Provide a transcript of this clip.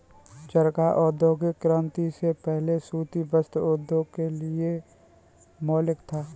चरखा औद्योगिक क्रांति से पहले सूती वस्त्र उद्योग के लिए मौलिक था